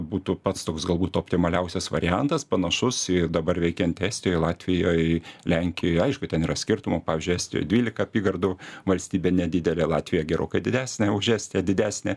būtų pats toks galbūt optimaliausias variantas panašus į dabar veikiantį estijoj latvijoj lenkijoj aišku ten yra skirtumų pavyzdžiui estijoje dvylika apygardų valstybė nedidelė latvija gerokai didesnė už estiją didesnė